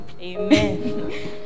Amen